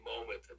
moment